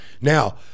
Now